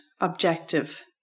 objective